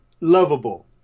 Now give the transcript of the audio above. lovable